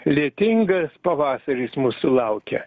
lietingas pavasaris mūsų laukia